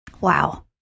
Wow